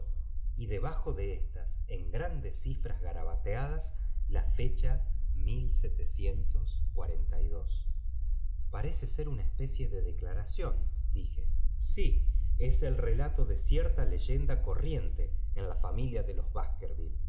y debajo de éstas en grandes cifras garabateadas la fecha parece ser una especie de declaración dije sí es el relato de cierta leyenda corriente en la familia de los